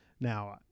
Now